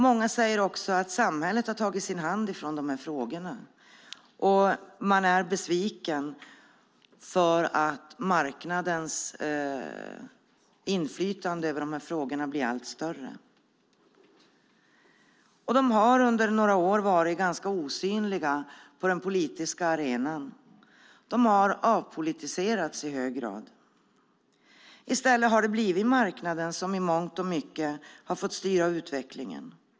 Många säger också att samhället har tagit sin hand från de här frågorna, och man är besviken över att marknadens inflytande blir allt större. Bostadsfrågorna har under ett antal år varit osynliga på den politiska arenan. De har avpolitiserats i hög grad. I stället har det blivit marknaden som i mångt och mycket har fått styra utvecklingen.